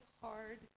hard